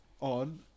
on